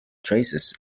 traces